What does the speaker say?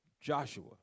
Joshua